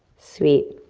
sweet,